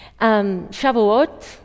Shavuot